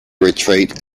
retreat